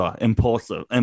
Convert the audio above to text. Impulsive